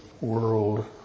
world